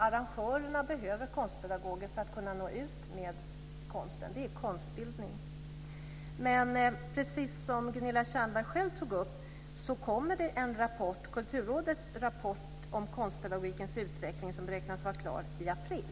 Arrangörerna behöver konstpedagoger för att kunna nå ut med konsten. Det är konstbildning. Precis som Gunilla Tjernberg själv nämnde kommer en rapport, nämligen Kulturrådets rapport om konstpedagogikens utveckling som beräknas vara klar i april.